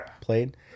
played